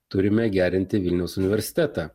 turime gerinti vilniaus universitetą